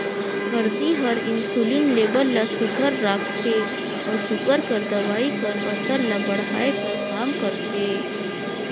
हरदी हर इंसुलिन लेबल ल सुग्घर राखथे अउ सूगर कर दवई कर असर ल बढ़ाए कर काम करथे